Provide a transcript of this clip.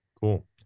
Cool